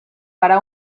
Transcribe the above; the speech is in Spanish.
para